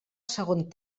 segon